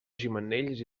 gimenells